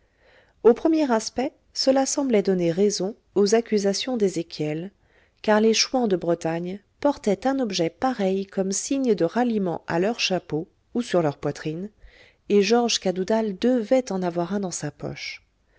au premier aspect cela semblait donner raison aux accusations d'ezéchiel car les chouans de bretagne portaient un objet pareil comme signe de ralliement à leur chapeau ou sur leur poitrine et georges cadoudal devait en avoir un dans sa poche